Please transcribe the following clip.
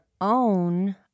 own